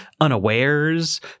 unawares